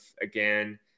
again